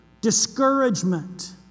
discouragement